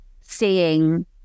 seeing